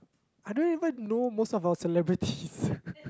I don't even know most of our celebrities